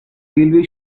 railway